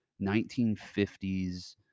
1950s